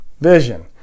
vision